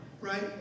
right